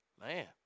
Man